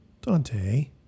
Dante